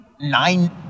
nine